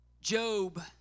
Job